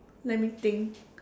let me think